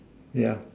yeah